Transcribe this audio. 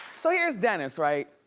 so here's dennis right?